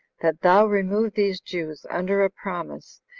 that thou remove these jews, under a promise,